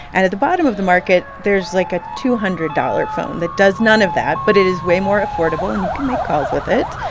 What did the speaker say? and at the bottom of the market, there's, like, a two hundred dollars phone that does none of that. but it is way more affordable, and you can make calls with it.